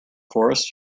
forest